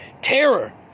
terror